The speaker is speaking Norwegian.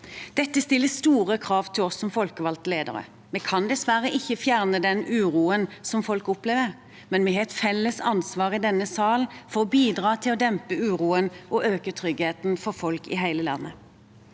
Dette stiller store krav til oss som folkevalgte ledere. Vi kan dessverre ikke fjerne den uroen som folk opplever, men vi har et felles ansvar i denne sal for å bidra til å dempe uroen og øke tryggheten for folk i hele landet.